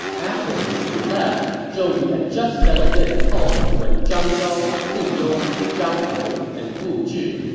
after lu su left, zhou yu had just settled in at home when zhang zhao, gu yong, zhang hong, and bu zhi,